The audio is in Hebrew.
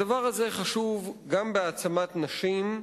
הדבר הזה חשוב גם בהעצמת נשים,